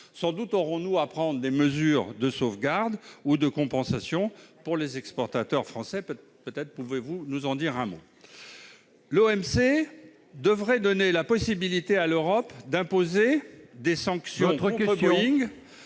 Sans doute aurons-nous à prendre des mesures de sauvegarde ou de compensation pour les exportateurs français. Peut-être pourrez-vous nous en dire un mot, madame la secrétaire d'État ? L'OMC devrait donner la possibilité à l'Europe d'imposer des sanctions en